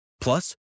Plus